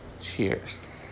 cheers